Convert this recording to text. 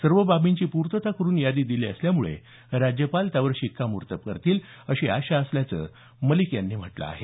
सर्व बाबींची पूर्तता करून यादी दिली असल्यामुळे राज्यपाल त्यावर शिक्वामोर्तब करतील अशी आशा असल्याचं मलिक यांनी म्हटलं आहे